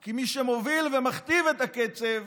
כי מי שמוביל ומכתיב את הקצב,